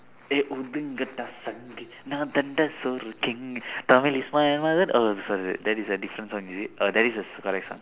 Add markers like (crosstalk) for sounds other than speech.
eh (noise) oh sorry sorry that is a different song is it oh that is the correct song